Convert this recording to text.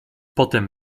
potem